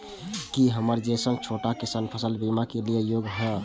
की हमर जैसन छोटा किसान फसल बीमा के लिये योग्य हय?